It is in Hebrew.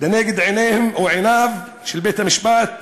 לנגד עיניו של בית-המשפט